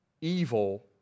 evil